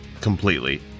completely